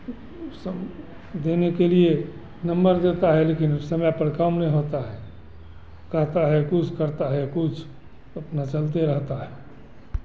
सम् देने के लिए नम्बर देता लेकिन समय पर काम नहीं होता है कहता है कुछ करता है कुछ अपना चलते रहता है